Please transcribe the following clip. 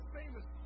famous